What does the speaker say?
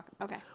okay